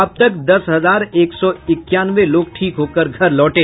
अब तक दस हजार एक सौ इक्यानवे लोग ठीक होकर घर लौटे